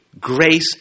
grace